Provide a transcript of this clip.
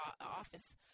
office